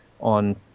on